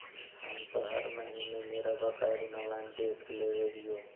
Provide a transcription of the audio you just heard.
हम तो हर महीने मेरा बकाया ऋण ऑनलाइन देख लेव हियो